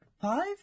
five